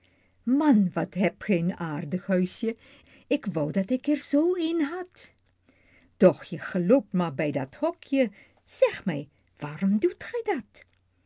man wat hebt ge een aardig huisje k wou dat ik er zoo een had doch ge loopt maar bij dat hokje zeg mij waarom doet gij dat